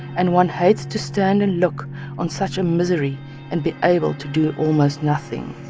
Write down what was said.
and one hates to stand and look on such a misery and be able to do almost nothing